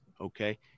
Okay